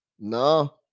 no